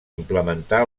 implementar